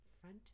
front